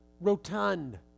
rotund